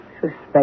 Suspect